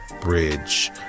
bridge